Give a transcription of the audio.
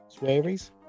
Swearies